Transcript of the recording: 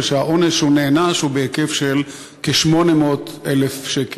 ושהעונש שהוא נענש הוא בהיקף של כ-800,000 שקל.